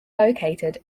located